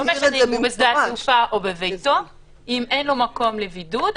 אם אין לו מקום לבידוד,